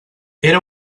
era